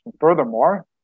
Furthermore